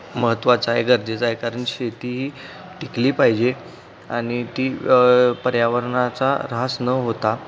महत्त्वाचं आहे गरजेचं आहे कारण शेती ही टिकली पाहिजे आणि ती पर्यावरणाचा ऱ्हास न होता